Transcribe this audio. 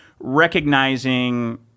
Recognizing